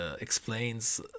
explains